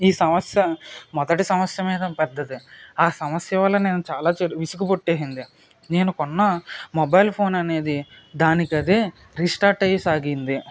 ఈ సమస్య మొదటి సమస్య మీద పెద్దది ఆ సమస్య వల్ల నేను చాలా చి విసుగు పుట్టేసింది నేను కొన్న మొబైల్ ఫోన్ అనేది దానికి అదే రీస్టార్ట్ అయ్యి సాగింది